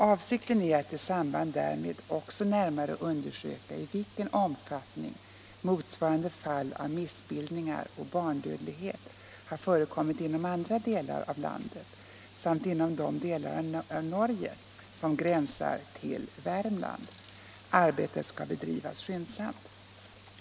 Avsikten är att i samband därmed också närmare undersöka i vilken omfattning motsvarande fall av missbildningar och barndödlighet har förekommit inom andra delar av landet samt inom de delar av Norge som gränsar till Värmland. Arbetet skall bedrivas skyndsamt.